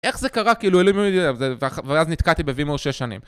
איך זה קרה? כאילו... ואז נתקעתי בווימור שש שנים.